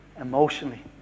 emotionally